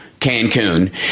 Cancun